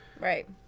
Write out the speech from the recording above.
Right